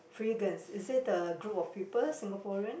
freegans is it the group of people Singaporean